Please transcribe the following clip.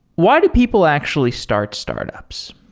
why do people actually start startups?